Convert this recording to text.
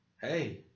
Hey